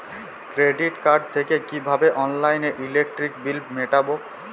Credit card থেকে কিভাবে অনলাইনে ইলেকট্রিক বিল মেটাবো?